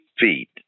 feet